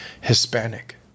Hispanic